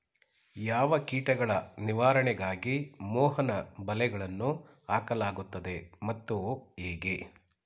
ಯಾವ ಕೀಟಗಳ ನಿವಾರಣೆಗಾಗಿ ಮೋಹನ ಬಲೆಗಳನ್ನು ಹಾಕಲಾಗುತ್ತದೆ ಮತ್ತು ಹೇಗೆ?